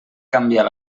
canviar